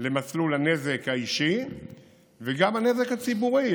במסלול הנזק האישי וגם בנזק הציבורי,